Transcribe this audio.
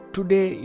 Today